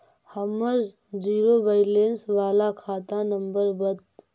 हमर zero balance बाला खाता नम्बर बत?